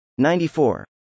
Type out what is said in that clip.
94